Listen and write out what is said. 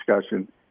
discussion